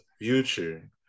Future